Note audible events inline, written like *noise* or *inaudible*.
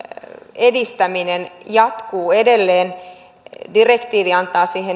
edistäminen jatkuu edelleen direktiivi antaa siihen *unintelligible*